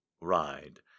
ride